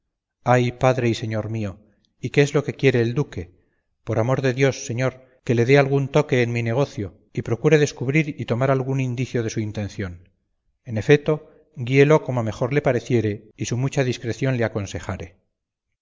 ay padre y señor mío y qué es lo que quiere el duque por amor de dios señor que le dé algún toque en mi negocio y procure descubrir y tomar algún indicio de su intención en efeto guíelo como mejor le pareciere y su mucha discreción le aconsejare